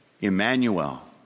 Emmanuel